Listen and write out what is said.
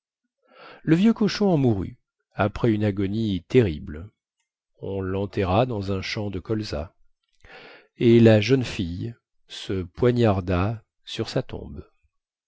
le vieux cochon en mourut après une agonie terrible on lenterra dans un champ de colza et la jeune fille se poignarda sur sa tombe